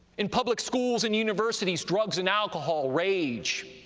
in public schools and universities, drugs and alcohol rage,